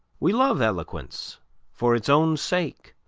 we love eloquence for its own sake,